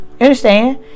Understand